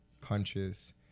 conscious